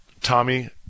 Tommy